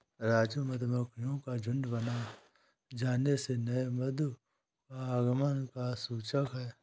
राजू मधुमक्खियों का झुंड बन जाने से नए मधु का आगमन का सूचक है